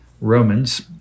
Romans